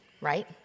right